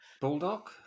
bulldog